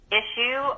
issue